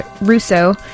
Russo